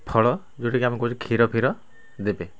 ଫଳ ଯେଉଁଟାକି ଆମେ କହୁଛେ କ୍ଷୀର ଫିର ଦେବେ